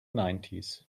nineties